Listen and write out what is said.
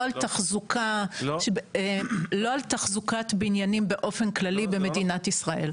לא לגבי תחזוקת בניינים באופן כללי במדינת ישראל.